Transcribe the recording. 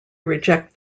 reject